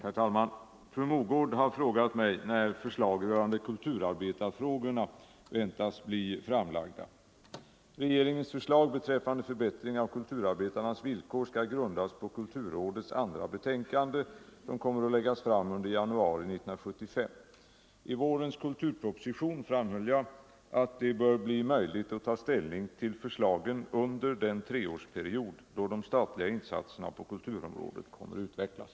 Herr talman! Fru Mogård har frågat mig när förslag rörande kulturarbetarfrågorna väntas bli framlagda. Regeringens förslag beträffande förbättring av kulturarbetarnas villkor skall grundas på kulturrådets andra betänkande, som kommer att läggas fram under januari 1975. I vårens kulturproposition framhöll jag att det bör bli möjligt att ta ställning till förslagen under den treårsperiod då de statliga insatserna på kulturområdet kommer att utvecklas.